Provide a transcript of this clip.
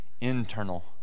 internal